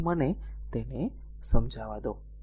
તેથી મને તેને સમજાવા દો